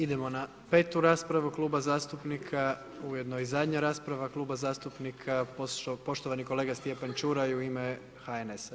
Idemo na petu raspravu kluba zastupnika, ujedno i zadnja rasprava, klub zastupnika, poštovani kolega Stjepan Čuraj, u ime HNS-a.